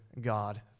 God